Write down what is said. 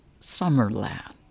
Summerland